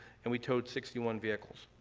and we towed sixty one vehicles.